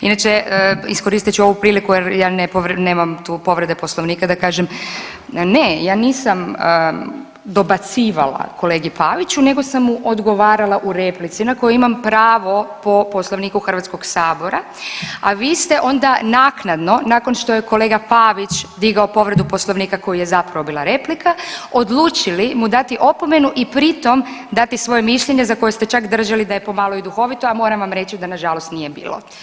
Inače, iskoristit ću ovu priliku jer ja nemam tu povrede Poslovnika da kažem ne ja nisam dobacivala kolegi Paviću nego sam mu odgovarala u replici na koju imam pravo po Poslovniku HS, a vi ste onda naknadno nakon što je kolega Pavić digao povredu Poslovnika koja je zapravo bila replika odlučili mu dati opomenu i pri tom dati svoje mišljenje za koje ste čak držali da je pomalo i duhovito, a moram vam reći da nažalost nije bilo.